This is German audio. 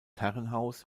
herrenhaus